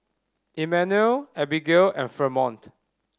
Immanuel Abbigail and Fremont